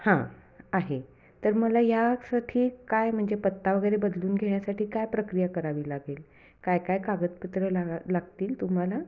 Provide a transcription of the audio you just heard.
हां आहे तर मला यासाठी काय म्हणजे पत्ता वगैरे बदलून घेण्यासाठी काय प्रक्रिया करावी लागेल काय काय कागदपत्र ला लागतील तुम्हाला